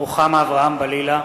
(קורא בשמות חברי הכנסת) רוחמה אברהם-בלילא,